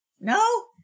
no